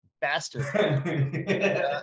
bastard